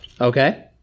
Okay